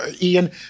Ian